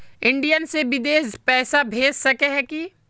India से बिदेश पैसा भेज सके है की?